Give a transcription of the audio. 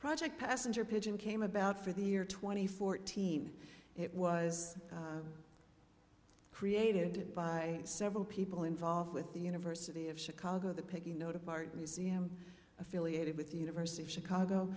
project passenger pigeon came about for the year twenty fourteen it was created by several people involved with the university of chicago the picking no department c m affiliated with the university of chicago